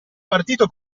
partito